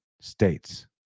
States